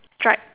stripe